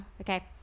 Okay